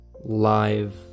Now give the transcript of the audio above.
live